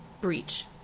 breach